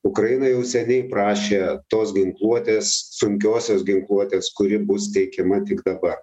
ukraina jau seniai prašė tos ginkluotės sunkiosios ginkluotės kuri bus teikiama tik dabar